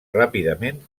ràpidament